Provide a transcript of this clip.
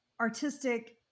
artistic